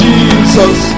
Jesus